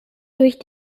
durch